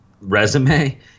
resume